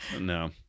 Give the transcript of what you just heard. No